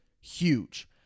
huge